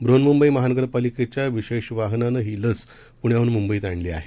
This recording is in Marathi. बृहन्मुंबईमहानगरपालिकेच्याविशेषवाहनानंहीलसपूण्याहूनमुंबईतआणलीआहे